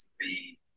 three